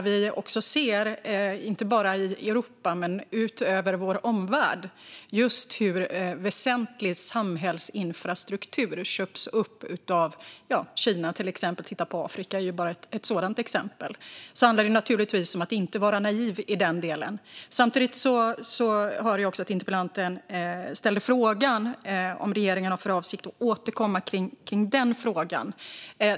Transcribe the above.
Vi ser inte bara i Europa utan också i vår omvärld hur väsentlig samhällsinfrastruktur köps upp av till exempel Kina. Afrika är ett sådant exempel. Det handlar naturligtvis om att inte vara naiv i den delen. Samtidigt hörde jag också att interpellanten ställde frågan om regeringen har för avsikt att återkomma i denna fråga.